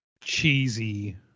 cheesy